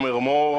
שמבקש לדבר?